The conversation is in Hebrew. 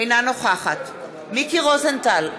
אינה נוכחת מיקי רוזנטל,